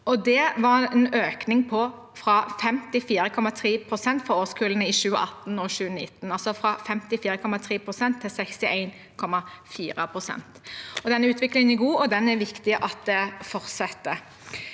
Det var en økning fra 54,3 pst. for årskullene i 2018 og 2019, altså fra 54,3 pst. til 61,4 pst. Denne utviklingen er god, og det er viktig at den fortsetter.